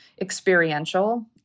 experiential